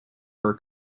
her